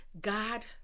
God